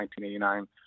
1989